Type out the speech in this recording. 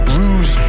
lose